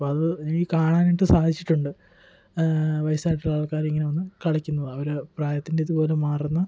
അപ്പം അത് എനിക്ക് കാണാനായിട്ട് സാധിച്ചിട്ടുണ്ട് വയസായിട്ടുള്ള ആൾകാർ ഇങ്ങനെ വന്ന് കളിക്കുന്നത് അവർ പ്രായത്തിൻ്റെ ഇത് പോലും മറന്ന്